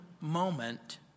moment